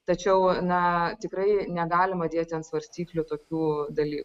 tačiau na tikrai negalima dėti ant svarstyklių tokių dalykų